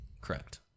Correct